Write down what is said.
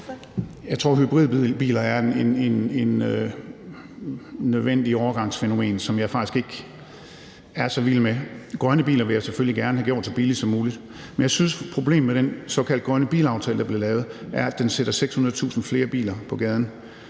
Jeg tror, hybridbiler er et nødvendigt overgangsfænomen, som jeg faktisk ikke er så vild med. Grønne biler vil jeg selvfølgelig gerne have gjort så billige som muligt, men jeg synes, problemet med den såkaldt grønne bilaftale, der blev lavet, er, at den sætter 600.000 flere biler på gaden